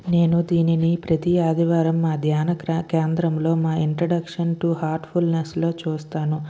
నేను దీనిని ప్రతీ ఆదివారం మా ధ్యాన క కేంద్రంలో మా ఇంట్రడక్షన్ టు హెర్ట్ఫుల్నెస్ లో చూస్తాను